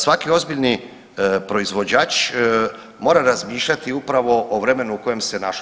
Svaki ozbiljni proizvođač mora razmišljati upravo o vremenu u kojem se našao.